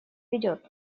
ведет